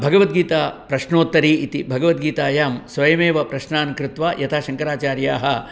भगवद्गीता प्रश्नोत्तरी इति भगवद्गीतायां स्वयमेव प्रश्नान् कृत्वा यथा शङ्कराचार्याः